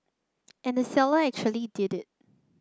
and the seller actually did